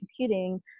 computing